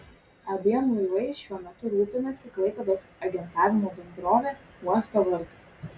abiem laivais šiuo metu rūpinasi klaipėdos agentavimo bendrovė uosto vartai